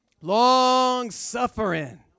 Long-suffering